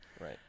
Right